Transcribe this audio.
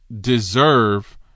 deserve